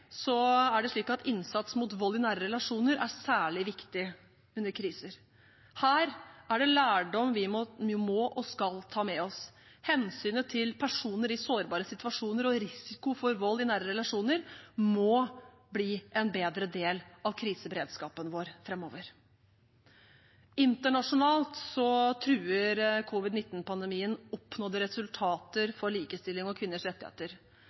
er det slik at innsatsen mot vold i nære relasjoner er særlig viktig under kriser. Her er det en lærdom vi må og skal ta med oss. Hensynet til personer i sårbare situasjoner og risiko for vold i nære relasjoner må bli en bedre del av kriseberedskapen vår framover. Internasjonalt truer covid-19-pandemien oppnådde resultater for likestilling og kvinners rettigheter.